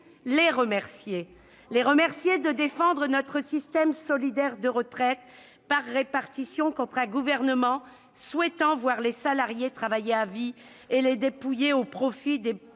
et toutes les remercier de défendre notre système solidaire de retraites par répartition contre un gouvernement souhaitant voir les salariés travailler à vie et les dépouiller au profit de